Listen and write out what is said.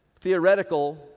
theoretical